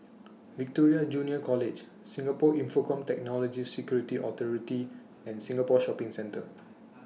Victoria Junior College Singapore Infocomm Technology Security Authority and Singapore Shopping Centre